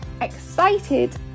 excited